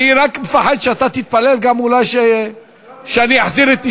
אני מודה שיש קשר בין הפופוליזם שעוטף את החוק הזה לבין